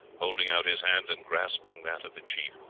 holding out his hand, and grasping that of the chief,